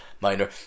Minor